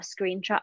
screenshot